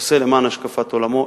עושה למען השקפת עולמו,